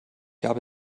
habe